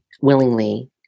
willingly